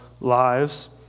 lives